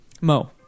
Mo